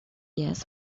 yes